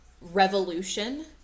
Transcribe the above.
revolution